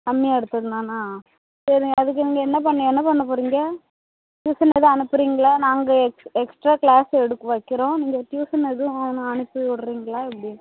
கம்மியாக எடுத்துருந்தான்னா சரிங்க அதுக்கு நீங்கள் என்ன பண்ண என்ன பண்ண போகறீங்க டியூஷன் எதுவும் அனுப்புறீங்களா நாங்கள் எக்ஸ் எக்ஸ்ட்ரா கிளாஸ் எடுக் வைக்கிறோம் நீங்கள் டியூஷன் எதுவும் அவனை அனுப்பிவிடுறீங்களா எப்படி